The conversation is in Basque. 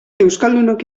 euskaldunok